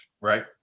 Right